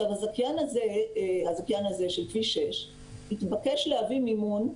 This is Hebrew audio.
הזכיין הזה של כביש 6 התבקש להביא מימון,